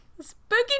Spooky